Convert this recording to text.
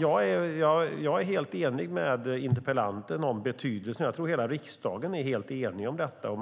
Jag är alltså helt enig med interpellanten om betydelsen. Jag tror att hela riksdagen är helt enig om detta.